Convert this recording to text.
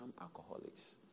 alcoholics